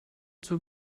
zur